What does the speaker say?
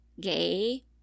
gay